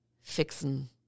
fixing